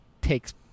takes